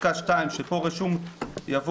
"בפסקה (2)", כשפה רשום "יבוא